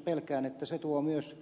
pelkään että se tuo myös